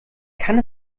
kann